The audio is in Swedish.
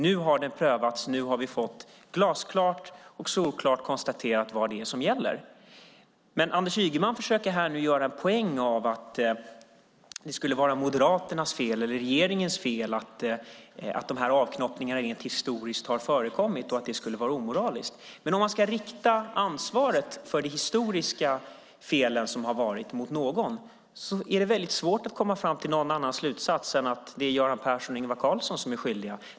Nu har den prövats, och nu har vi fått glasklart och solklart konstaterat vad som gäller. Anders Ygeman försöker göra en poäng av att det skulle vara Moderaternas eller regeringens fel att dessa avknoppningar rent historiskt har förekommit och att det skulle omoraliskt. Ska man rikta ansvaret för de historiska fel som begåtts är det dock väldigt svårt att komma fram till någon annan slutsats än att det är Göran Persson och Ingvar Carlsson som är skyldiga.